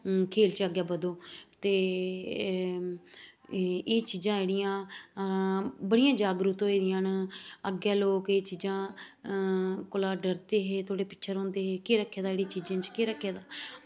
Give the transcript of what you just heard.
खेल च अग्गें बद्धो ते एह् चीजां जेह्ड़ियां बड़ियां जागरूक होई दियां न अग्गें लोक एह् चीजें कोला डरदे हे ते केह् आक्खदे केह् रक्खे दा इनें चीजें च केह् रक्खे दा